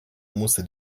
musste